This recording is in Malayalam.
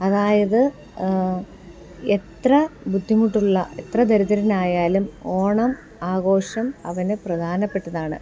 അതായത് എത്ര ബുദ്ധിമുട്ടുള്ള എത്ര ദരിദ്രനായാലും ഓണം ആഘോഷം അവന് പ്രധാനപ്പെട്ടതാണ്